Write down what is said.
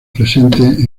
presentes